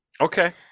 okay